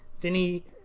Vinny